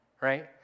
Right